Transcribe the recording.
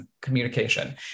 communication